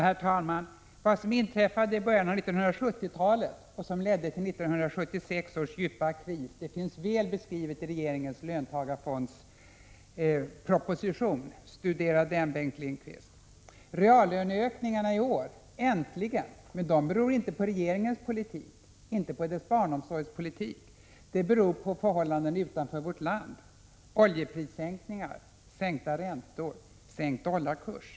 Herr talman! Vad som inträffade i början på 1970-talet och som ledde till 1976 års djupa kris finns väl beskrivet i regeringens löntagarfondsproposition. Studera den, Bengt Lindqvist! Reallöneökningarna i år — äntligen! — beror inte på regeringens politik, inte på dess barnomsorgspolitik. De beror på förhållanden utanför vårt land: oljeprissänkningar, sänkta räntor, sänkt dollarkurs.